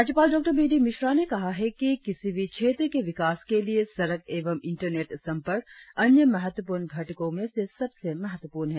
राज्यपाल Dr B D Mishra ने कहा कि किसी भी क्षेत्र के विकास के लिए सड़क एवं इंटरनेट संपर्क अन्य महत्वपूर्ण घटको में से सबसे महत्वपूर्ण है